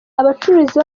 abacuruzi